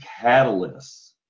catalysts